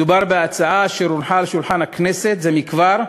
מדובר בהצעה אשר הונחה על שולחן הכנסת זה מכבר,